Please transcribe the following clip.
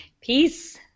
peace